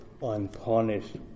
unpunished